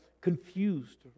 confused